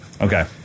Okay